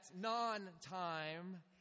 non-time